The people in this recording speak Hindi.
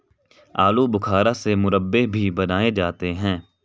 आलू बुखारा से मुरब्बे भी बनाए जाते हैं